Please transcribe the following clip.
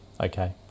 okay